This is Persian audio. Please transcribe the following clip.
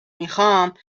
میخام